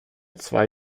zwei